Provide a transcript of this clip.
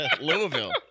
Louisville